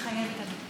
מתחייבת אני